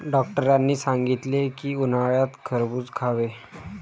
डॉक्टरांनी सांगितले की, उन्हाळ्यात खरबूज खावे